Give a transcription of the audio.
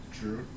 True